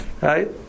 Right